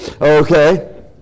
Okay